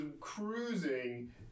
cruising